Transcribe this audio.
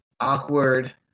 awkward